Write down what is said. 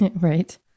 Right